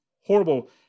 Horrible